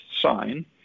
sign